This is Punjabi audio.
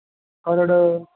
ਖਰੜ